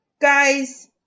guys